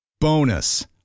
Bonus